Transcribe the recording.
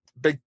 big